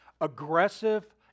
aggressive